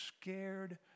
scared